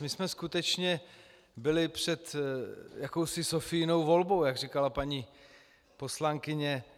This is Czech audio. My jsme skutečně byli před jakousi Sophiinou volbou, jak říkala paní poslankyně.